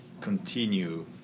continue